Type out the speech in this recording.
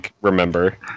remember